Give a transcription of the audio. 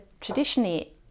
traditionally